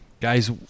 guys